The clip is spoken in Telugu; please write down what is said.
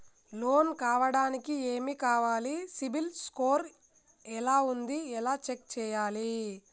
లోన్ కావడానికి ఏమి కావాలి సిబిల్ స్కోర్ ఎలా ఉంది ఎలా చెక్ చేయాలి?